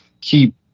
keep